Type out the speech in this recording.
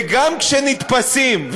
וגם כשנתפסים,